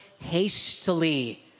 hastily